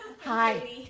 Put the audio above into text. Hi